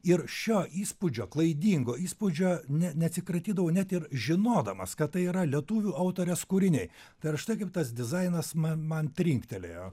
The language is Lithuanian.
ir šio įspūdžio klaidingo įspūdžio ne neatsikratydavau net ir žinodamas kad tai yra lietuvių autorės kūriniai tai ir štai kaip tas dizainas man man trinktelėjo